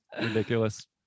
ridiculous